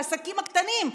לעסקים הקטנים?